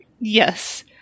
Yes